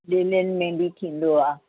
ॿिन्हिनि में बि थींदो आहे